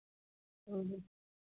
जी